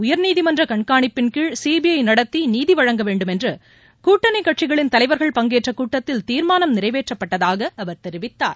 உயர்நீதிமன்ற கண்காணிப்பின் கீழ் சிபிஐ நடத்தி நீதி வழங்க வேண்டும் என்று கூட்டணிக் கட்சிகளின் தலைவர்கள் பங்கேற்ற கூட்டத்தில் தீா்மானம் நிறைவேற்றப்பட்டதாக அவர் தெரிவித்தார்